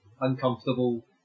uncomfortable